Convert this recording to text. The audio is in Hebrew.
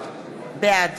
בעד